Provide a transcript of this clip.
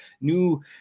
new